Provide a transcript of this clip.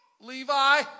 Levi